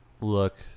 look